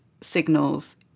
signals